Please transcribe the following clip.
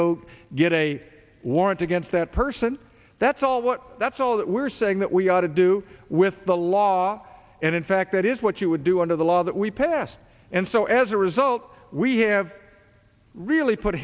go get a warrant against that person that's all what that's all that we're saying that we ought to do with the law and in fact that is what you would do under the law that we passed and so as a result we have really put